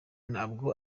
ntabwo